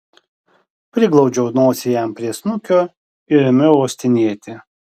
priglaudžiau nosį jam prie snukio ir ėmiau uostinėti